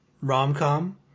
rom-com